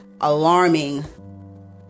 alarming